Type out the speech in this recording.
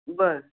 बरं